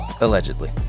Allegedly